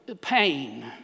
pain